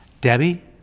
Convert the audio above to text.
Debbie